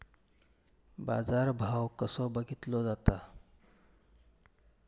बाजार भाव कसो बघीतलो जाता?